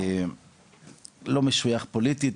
לא משויך פוליטית,